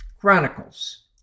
Chronicles